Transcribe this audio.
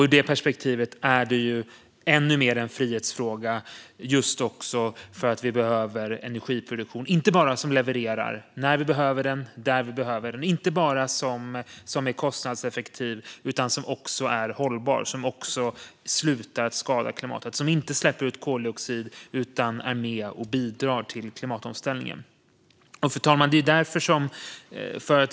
Ur det perspektivet är det ännu mer en frihetsfråga att vi behöver energiproduktion som inte bara levererar när vi behöver det och där vi behöver det och som är kostnadseffektiv utan som också är hållbar, som slutar att skada klimatet, som inte släpper ut koldioxid och som bidrar till klimatomställningen. Fru talman!